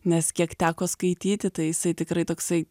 nes kiek teko skaityti tai isai tikrai toksai